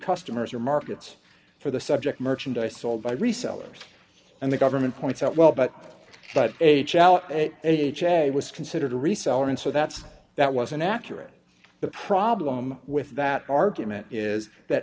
customers or markets for the subject merchandise sold by resellers and the government points out well but but h l a h a was considered a reseller and so that's that was an accurate the problem with that argument is that